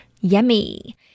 Yummy